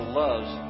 loves